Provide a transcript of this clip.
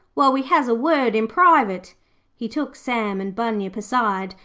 while we has a word in private he took sam and bunyip aside,